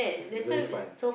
really fun